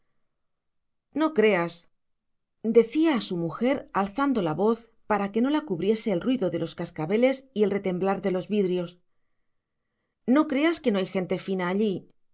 hacía no creas decía a su mujer alzando la voz para que no la cubriese el ruido de los cascabeles y el retemblar de los vidrios no creas que no hay gente fina